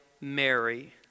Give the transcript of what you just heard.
Mary